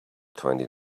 twenty